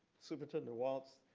superintendent walts,